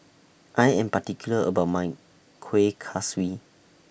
I Am particular about My Kueh Kaswi